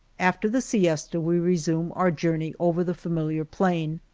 after the siesta we resume our journey over the familiar plain,